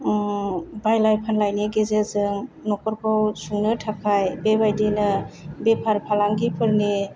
बायलाय फानलायनि गेजेरजों नखरखौ सुंनो थाखाय बेबायदिनो बेफार फालांगिफोरनि